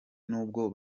nubwo